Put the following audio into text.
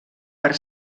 per